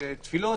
התפילות,